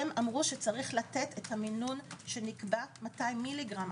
הם אמרו שצריך לתת את המינון שנקבע 200 מ"ג.